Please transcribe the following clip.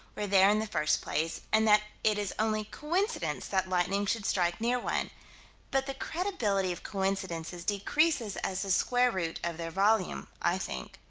were there in the first place, and that it is only coincidence that lightning should strike near one but the credibility of coincidences decreases as the square root of their volume, i think.